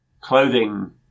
clothing